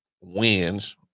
wins